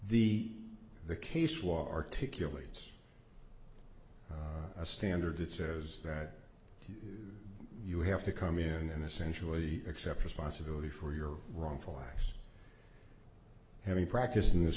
the the case was articulate it's a standard that says that you have to come in and essentially accept responsibility for your wrongful acts having practiced in this